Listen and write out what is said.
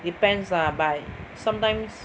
depends lah but sometimes